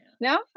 No